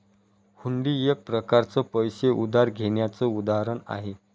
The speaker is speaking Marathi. हुंडी एक प्रकारच पैसे उधार घेण्याचं उदाहरण आहे